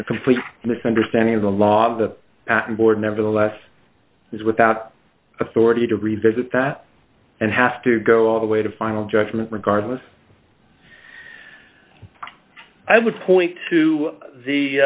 a complete misunderstanding of the law of the board nevertheless it is without authority to revisit that and have to go all the way to final judgment regardless i would point to the